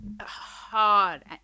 hard